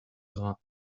grains